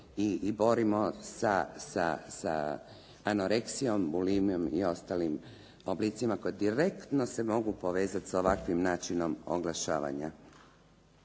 i borimo sa anoreksijom, bulimijom i ostalim oblicima koji direktno se mogu povezati s ovakvim načinom oglašavanja.